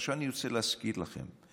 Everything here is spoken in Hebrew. עכשיו אני רוצה להזכיר לכם: